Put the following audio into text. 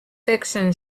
fiction